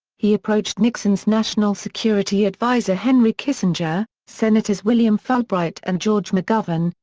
he approached nixon's national security advisor henry kissinger, senators william fulbright and george mcgovern,